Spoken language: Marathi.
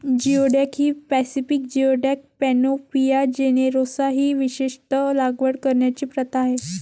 जिओडॅक ही पॅसिफिक जिओडॅक, पॅनोपिया जेनेरोसा ही विशेषत लागवड करण्याची प्रथा आहे